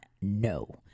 No